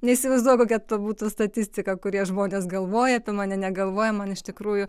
neįsivaizduoju kokia ta būtų statistika kurie žmonės galvoja apie mane negalvoja man iš tikrųjų